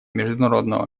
международного